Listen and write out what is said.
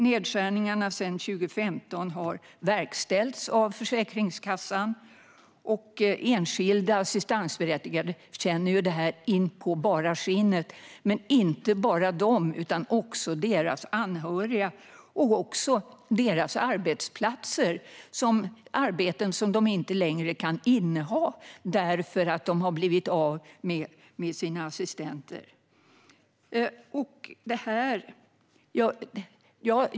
Nedskärningarna sedan 2015 har verkställts av Försäkringskassan, och enskilda assistansberättigade känner det in på bara skinnet. Men det är inte bara de utan också deras anhöriga och deras arbetsplatser, där de inte längre kan inneha arbeten därför att de har blivit av med sina assistenter.